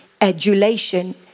adulation